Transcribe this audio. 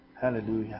Hallelujah